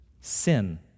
sin